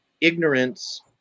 ignorance